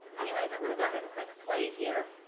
anyways i'm gonna go ahead and click play here,